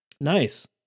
Nice